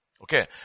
Okay